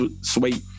sweet